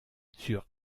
sur